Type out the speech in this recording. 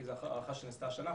זו הארכה שנעשתה השנה,